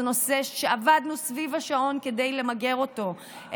נושא שעבדנו סביב השעון כדי למגר אותו,